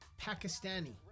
Pakistani